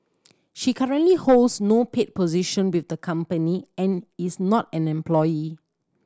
she currently holds no paid position with the company and is not an employee